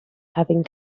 having